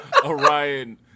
Orion